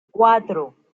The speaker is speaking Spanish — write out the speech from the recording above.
cuatro